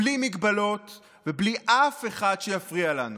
בלי הגבלות ובלי אף אחד שיפריע לנו.